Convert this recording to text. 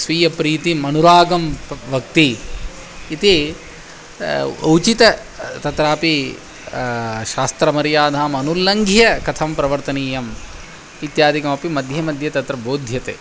स्वीयप्रीतिम् अनुरागं तत् वक्ति इति उचितं तत्रापि शास्त्रमर्यादामनुलङ्घ्य कथं प्रवर्तनीयम् इत्यादिकमपि मध्ये मध्ये तत्र बोध्यते